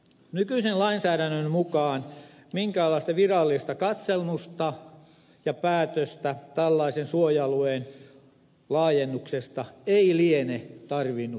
nykyisen lainsäädännön mukaan minkäänlaista virallista katselmusta ja päätöstä tällaisen suoja alueen laajennuksesta ei liene tarvinnut tehdä